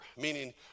meaning